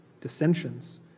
dissensions